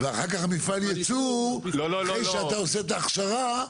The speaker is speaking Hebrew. ואחר כך מפעל הייצור, אחרי שאתה עושה את ההכשרה,